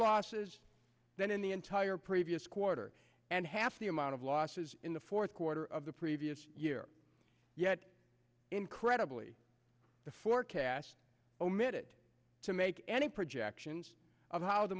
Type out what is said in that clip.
losses than in the entire previous quarter and half the amount of losses in the fourth quarter of the previous year yet incredibly the forecast omitted to make any projections of how the